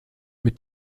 mit